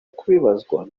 kubibazwa